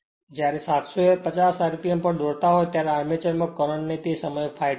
જ્યારે 750 rpm પર દોડતા હોય ત્યારે આર્મેચર માં કરંટ ને તે સમયે ∅2 છે